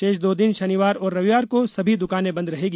शेष दो दिन शनिवार और रविवार को सभी दुकानें बन्द रहेंगी